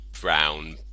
brown